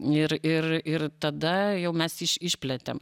ir ir ir tada jau mes iš išplėtėm